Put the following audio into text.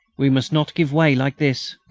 we must not give way like this.